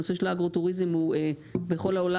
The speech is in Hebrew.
הנושא של האגרוטוריזם הוא בכל העולם